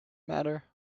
matter